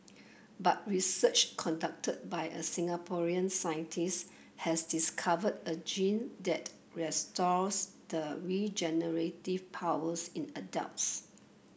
but research conducted by a Singaporean scientist has discovered a gene that restores the regenerative powers in adults